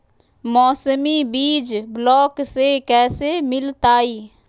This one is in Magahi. मौसमी बीज ब्लॉक से कैसे मिलताई?